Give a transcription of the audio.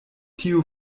tio